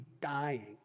dying